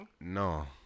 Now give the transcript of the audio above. no